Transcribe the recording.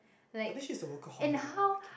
I think she's a workaholic ah I can